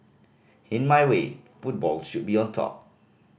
in my way football should be on top